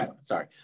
Sorry